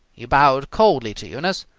he bowed coldly to eunice,